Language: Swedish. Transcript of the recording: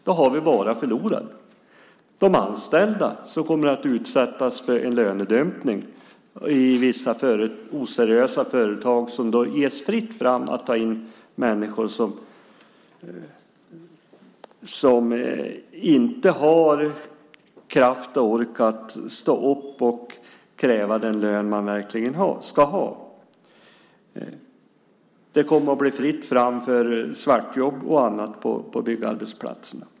Då har vi bara förlorare. De anställda blir förlorare. De kommer att utsättas för lönedumpning i vissa oseriösa företag som får fritt fram att ta in människor som inte har kraft och ork att stå upp och kräva den lön de verkligen ska ha. Det kommer att bli fritt fram för svartjobb och annat på byggarbetsplatserna.